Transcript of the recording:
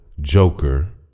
Joker